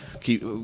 keep